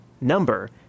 number